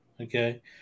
Okay